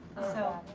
so,